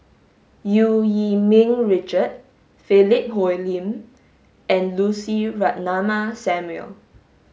Eu Yee Ming Richard Philip Hoalim and Lucy Ratnammah Samuel